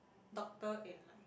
doctor in like